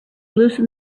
loosened